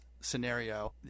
scenario